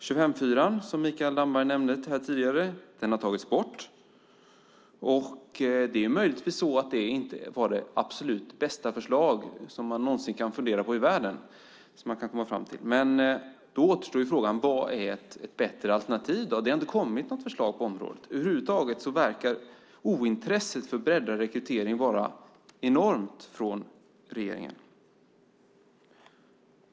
25:4-regeln, som Mikael Damberg nämnde här tidigare, har tagits bort. Det är möjligtvis så att det inte var det absolut bästa förslaget i världen, men då återstår frågan vad som är ett bättre alternativ. Det har inte kommit något förslag på området. Över huvud taget verkar det vara ett enormt ointresse för breddad rekrytering från regeringen.